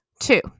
Two